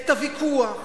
את הוויכוח.